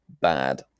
bad